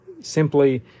Simply